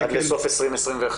עד לסוף 2021?